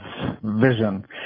vision